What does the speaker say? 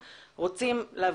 שהם: